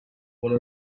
vuole